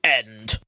end